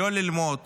לא ללמוד